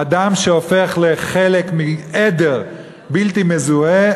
אדם שהופך לחלק מעדר בלתי מזוהה,